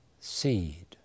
seed